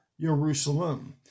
Jerusalem